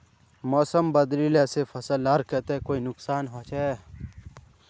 मौसम बदलिले से फसल लार केते कोई नुकसान होचए?